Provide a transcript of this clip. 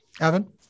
Evan